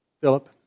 Philip